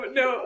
no